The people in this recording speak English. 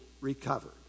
recovered